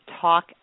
talk